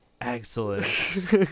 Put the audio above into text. Excellent